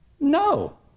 No